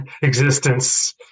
existence